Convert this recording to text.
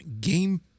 game